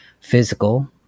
physical